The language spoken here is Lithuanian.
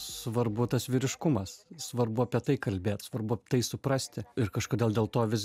svarbu tas vyriškumas svarbu apie tai kalbėt svarbu tai suprasti ir kažkodėl dėl to vis